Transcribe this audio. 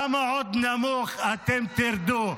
כמה עוד נמוך אתם תרדו?